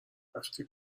رفتی